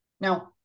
Now